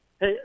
Hey